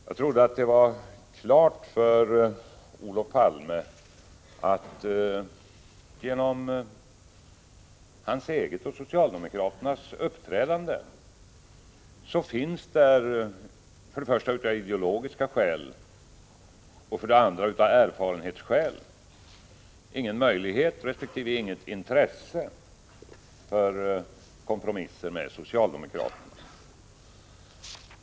Jag trodde att det var klart för Olof Palme att på grund av hans eget och socialdemokraternas uppträdande finns det för det första av ideologiska skäl och för det andra av erfarenhetsskäl ingen möjlighet resp. inget intresse för kompromisser med socialdemokraterna.